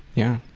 yeah.